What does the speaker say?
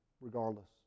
regardless